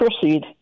proceed